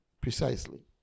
Precisely